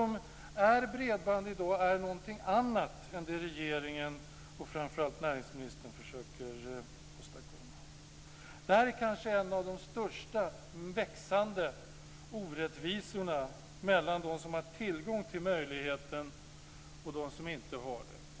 Men bredband är i dag något annat än det som regeringen och framför allt näringsministern försöker åstadkomma. En av de kanske största och växande orättvisorna råder mellan dem som har tillgång till bredband och dem som inte har det.